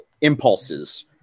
impulses